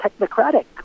technocratic